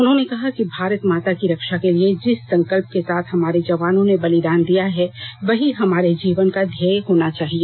उन्होंने कहा कि भारत माता की रक्षा के लिए जिस संकल्प के साथ हमारे जवानों ने बलिदान दिया है वही हमारे जीवन का ध्येय होना चाहिए